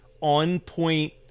on-point